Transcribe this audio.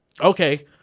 Okay